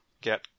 get